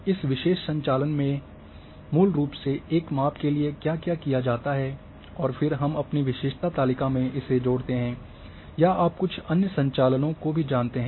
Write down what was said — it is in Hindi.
इस विशेष संचालन में मूल रूप से एक माप के किए क्या किया जाता है और फिर हम अपनी विशेषता तालिका में इसे जोड़ते हैं या आप कुछ अन्य संचालनों को भी जानते हैं